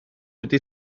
wedi